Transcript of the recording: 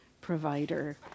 provider